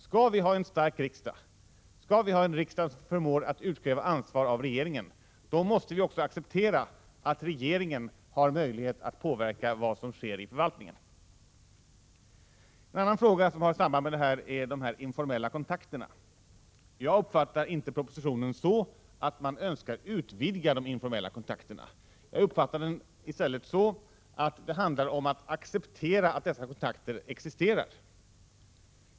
Skall vi ha en stark riksdag, skall vi ha en riksdag som förmår att utkräva ansvar av regeringen, måste vi också acceptera att regeringen har möjlighet att påverka vad som sker i förvaltningen. En annan fråga i detta sammanhang är de informella kontakterna. Jag uppfattar inte propositionen på det sättet att man önskar utvidga de informella kontakterna. Jag uppfattar den i stället så, att det handlar om att acceptera att dessa kontakter existerar.